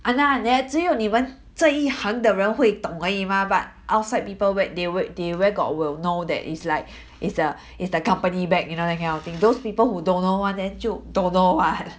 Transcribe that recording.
um lah there 只有你们这一行的人会懂而已嘛 but outside people when they wa~ they where got will know that is like it's the it's the company bag you know that kind of thing those people who don't know [one] then 就 don't know [what]